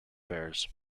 fairs